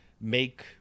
make